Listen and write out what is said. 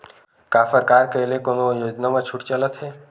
का सरकार के ले कोनो योजना म छुट चलत हे?